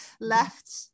left